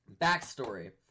Backstory